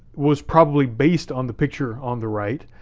was probably based on the picture on the right,